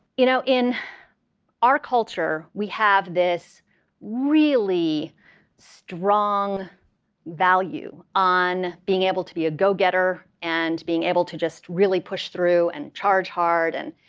you know in our culture, we have this really strong value on being able to be a go-getter and being able to just really push through and charge hard. and,